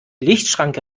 lichtschranke